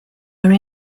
are